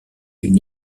une